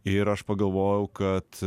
ir aš pagalvojau kad